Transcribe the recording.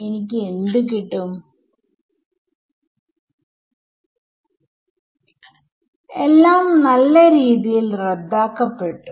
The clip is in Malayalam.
വിദ്യാർത്ഥി കാരണം അങ്ങനെ സംഭവിക്കാം ഉദാഹരണമായി ആയി മാറാം ഒരു കോപ്ലക്സ് നമ്പർ ആയിരിക്കും